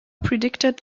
predicted